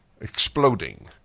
exploding